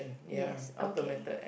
yes okay